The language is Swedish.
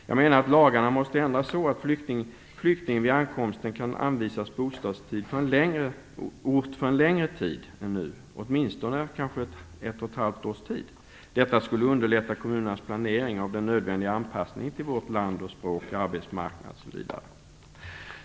Jag menar att lagarna måste ändras så att flyktingen vid ankomsten kan anvisas bostadsort för längre tid än nu - kanske åtminstone för ett och ett halvt års tid. Detta skulle underlätta kommunerans planering av den nödvändiga anpassningen till vårt land, språk, arbetsmarknad, osv.